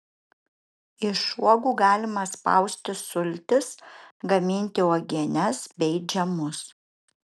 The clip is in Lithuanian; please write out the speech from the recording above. iš uogų galima spausti sultis gaminti uogienes bei džemus